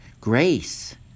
Grace